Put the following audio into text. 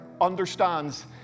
understands